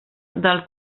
del